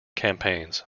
campaigns